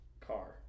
car